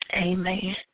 Amen